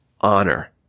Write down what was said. honor